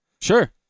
Sure